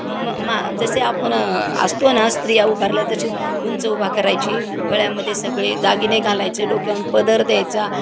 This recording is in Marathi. म मा जसे आपण असतो ना स्त्रिया उभारला तशी उंच उभ करायची गळ्यामध्ये सगळे दागिने घालायचे डोक्यावरन पदर द्यायचा